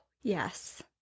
Yes